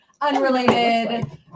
unrelated